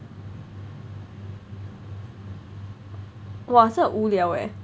!wah! 是很无聊 eh